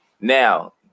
Now